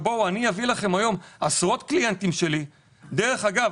דרך אגב,